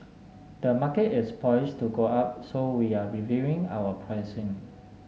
the market is poised to go up so we're reviewing our pricing